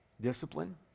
discipline